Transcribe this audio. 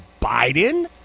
Biden